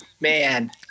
man